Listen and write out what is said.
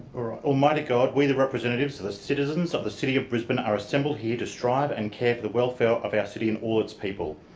almighty god, we the representatives of the citizens of the city of brisbane are assembled here to strive and care for the welfare of our city and all its people.